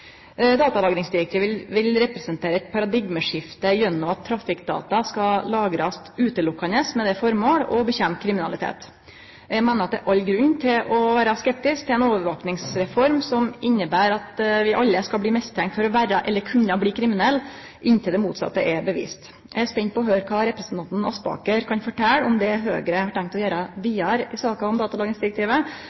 Datalagringsdirektivet vil representere et paradigmeskifte gjennom at trafikkdata skal lagrast utelukkande med det føremålet å kjempe mot kriminalitet. Eg meiner at det er all grunn til å vere skeptisk til ei overvakingsreform som inneber at vi alle skal bli mistenkte for å vere eller kunne bli kriminelle, inntil det motsette er bevist. Eg er spent på å høyre kva representanten Aspaker kan fortelje om det Høgre har tenkt å gjere vidare i saka om